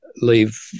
leave